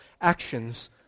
actions